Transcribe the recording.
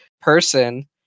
person